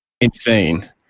insane